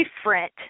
different